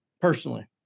Personally